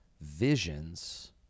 visions